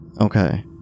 Okay